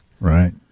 Right